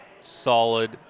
solid